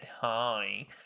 Hi